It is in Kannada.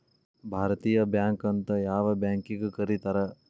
ಭಾರತೇಯ ಬ್ಯಾಂಕ್ ಅಂತ್ ಯಾವ್ ಬ್ಯಾಂಕಿಗ್ ಕರೇತಾರ್?